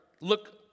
look